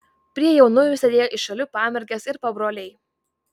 prie jaunųjų sėdėjo iš šalių pamergės ir pabroliai